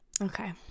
Okay